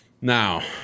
Now